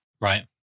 Right